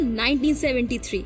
1973